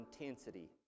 intensity